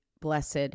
blessed